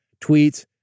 tweets